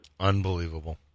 Unbelievable